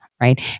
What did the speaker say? right